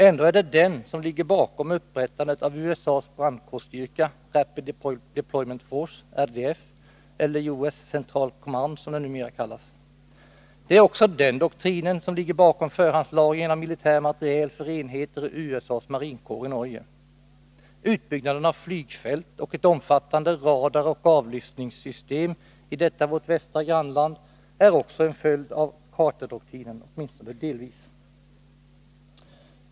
Ändå är det den som ligger bakom upprättandet av USA:s brandkårsstyrka Rapid Deployment Force , eller US Central Command, som den numera kallas. Det är också den doktrinen som ligger bakom förhandslagringen av militär materiel för enheter ur USA:s marinkår i Norge. Utbyggnaden av flygfält och ett omfattande radaroch avlyssningssystem i detta vårt västra grannland är också en följd av ”Carterdoktrinen” — åtminstone delvis.